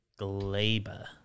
Glaber